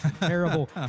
terrible